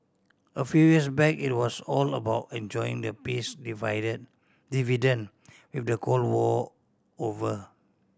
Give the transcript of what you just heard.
a few years back it was all about enjoying the peace divide dividend with the Cold War over